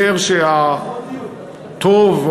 אומר שהטוב,